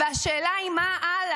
והשאלה היא, מה הלאה?